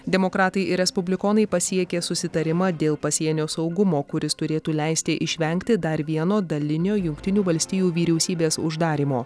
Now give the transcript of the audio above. demokratai ir respublikonai pasiekė susitarimą dėl pasienio saugumo kuris turėtų leisti išvengti dar vieno dalinio jungtinių valstijų vyriausybės uždarymo